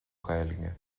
ghaeilge